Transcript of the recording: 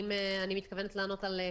אני מתכוונת לענות על שאלות,